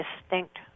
distinct